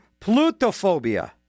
plutophobia